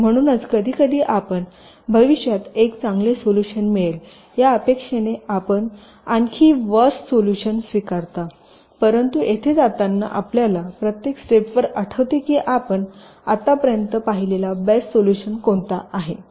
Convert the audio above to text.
म्हणूनच कधीकधी आपण भविष्यात एक चांगले सोल्युशन मिळेल या अपेक्षेने आपण आणखी वर्स सोल्युशन स्वीकारता परंतु येथे जाताना आपल्याला प्रत्येक स्टेपवर आठवते की आपण आतापर्यंत पाहिलेला बेस्ट सोल्युशन कोणता आहे